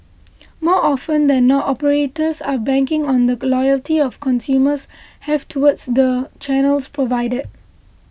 more often than not operators are banking on the loyalty of consumers have towards the channels provided